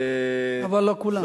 אבל לא כולם.